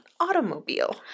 automobile